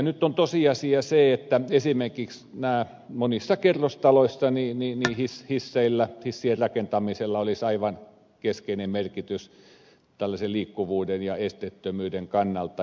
nyt on tosiasia se että esimerkiksi monissa kerrostaloissa hissien rakentamisella olisi aivan keskeinen merkitys liikkuvuuden ja esteettömyyden kannalta